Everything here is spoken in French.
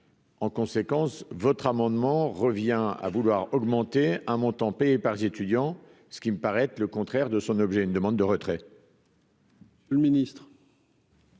En conséquence, votre amendement revient à vouloir augmenter un montant payé par les étudiants, ce qui me paraît être le contraire de son objet d'une demande de retrait.